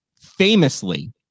famously